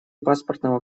паспортного